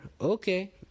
Okay